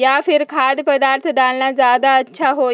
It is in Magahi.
या फिर खाद्य पदार्थ डालना ज्यादा अच्छा होई?